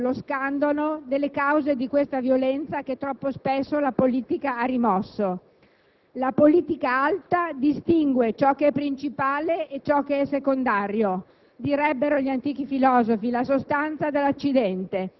Parliamo di questo e non di altro. Non rimuoviamo lo scandalo delle cause di questa violenza che troppo spesso la politica ha rimosso. La politica alta distingue ciò che è principale e ciò che è secondario: